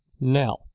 Now